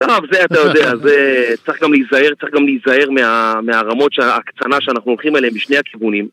טוב, זה אתה יודע, זה... צריך גם להיזהר מהרמות הקצנה שאנחנו הולכים אליהן משני הכיוונים